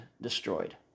destroyed